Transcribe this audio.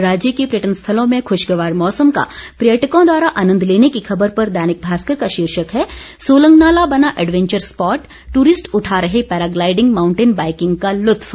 राज्य के पर्यटन स्थलों में खुशगवार मौसम का पर्यटकों द्वारा आनंद लेने की खबर पर दैनिक भास्कर का शीर्षक है सोलंगनाला बना एंडवैंचर स्पॉट टूरिस्ट उठा रहे पैराग्लाईडिंग मांउटेन बाईकिंग का लुत्फ